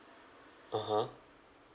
(uh huh)